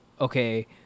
okay